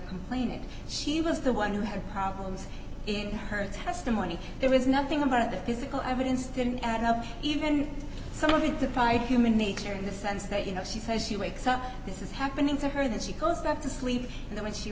complainant she was the one who had problems in her testimony there was nothing about it physical evidence didn't add up even some of the fight human nature in the sense that you know she says she wakes up this is happening to her that she goes back to sleep and then she